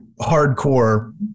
hardcore